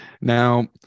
Now